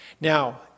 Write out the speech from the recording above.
Now